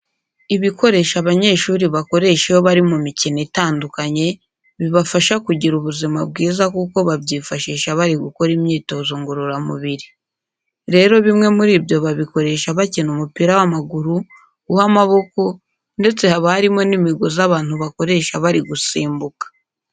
Ibikoresho abanyeshuri bakoresha iyo bari mu mikino itandukanye bibafasha kugira ubuzima bwiza kuko babyifashisha bari gukora imyitozo ngororamubiri. Rero bimwe muri byo babikoresha bakina umupira w'amaguru, uw'amaboko ndetse haba harimo n'imigozi abantu bakoresha bari gusimbuka.